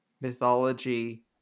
mythology